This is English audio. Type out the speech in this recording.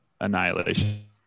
annihilation